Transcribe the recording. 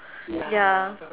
ya